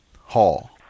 Hall